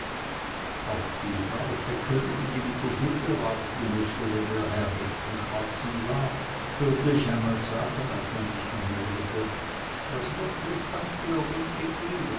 auch die frau feckerin die mit der suppe warten mußte wenn ihr herr recht im schwatzen war hörte ich einmal sagen als man mich anmeldete was